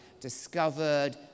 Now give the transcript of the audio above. discovered